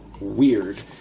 weird